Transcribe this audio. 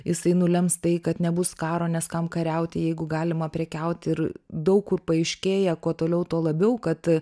jisai nulems tai kad nebus karo nes kam kariauti jeigu galima prekiauti ir daug kur paaiškėja kuo toliau tuo labiau kad